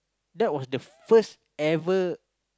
that was the first ever